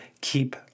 keep